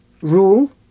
rule